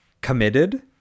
committed